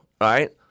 right